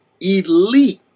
elite